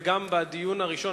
וגם בדיון הראשון,